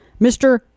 Mr